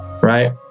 Right